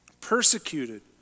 Persecuted